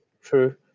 true